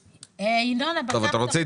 ינון, מה אתה אומר?